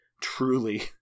truly